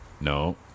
No